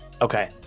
Okay